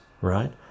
right